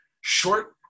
short